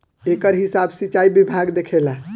एकर हिसाब सिचाई विभाग देखेला